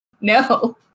no